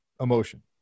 emotion